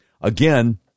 Again